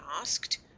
asked